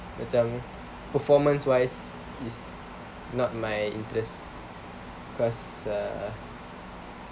cause I'm performance wise is not my interest because uh